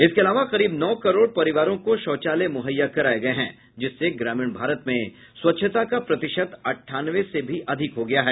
इसके अलावा करीब नौ करोड़ परिवारों को शौचालय मुहैया कराये गये हैं जिससे ग्रामीण भारत में स्वच्छता का प्रतिशत अड्डानवे से भी अधिक हो गया है